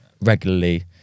regularly